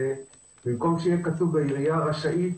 במקום שיהיה כתוב: העירייה רשאית,